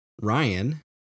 Ryan